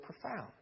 profound